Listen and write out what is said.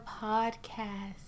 podcast